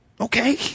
okay